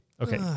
Okay